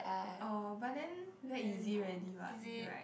oh but then very easy already what right